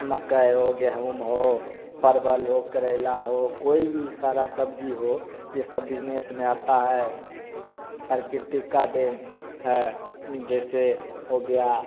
मकई हो गेहूँ हो परवल हो करेला हो कोई भी सारा सब्जी हो ये सब बिजनेस में आता है प्रकृति का देन है जैसे हो गया